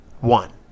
one